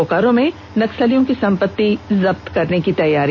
बोकारो में नक्सलियों की सम्पति जब्त करने की तैयारी